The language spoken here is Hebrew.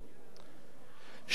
שמואל אמר לשאול: